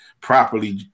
properly